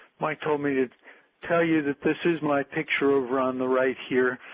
mike told me to tell you that this is my picture over on the right here,